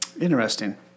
Interesting